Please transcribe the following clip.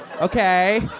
Okay